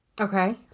Okay